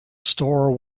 store